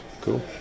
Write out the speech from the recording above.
Cool